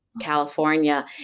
California